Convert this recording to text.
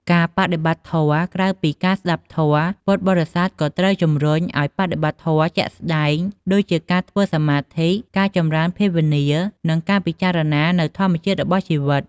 ការបដិបត្តិធម៌ ក្រៅពីការស្ដាប់ធម៌ ពុទ្ធបរិស័ទក៏ត្រូវបានជំរុញឱ្យបដិបត្តិធម៌ជាក់ស្តែង ដូចជាការធ្វើសមាធិ ការចម្រើនភាវនា និងការពិចារណានូវធម្មជាតិរបស់ជីវិត។